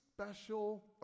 special